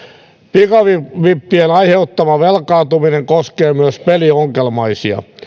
pikavippien aiheuttama velkaantuminen koskee myös peliongelmaisia